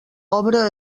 obra